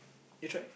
you try